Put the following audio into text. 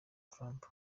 trump